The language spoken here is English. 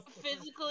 physically